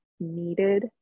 Needed